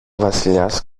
βασιλιάς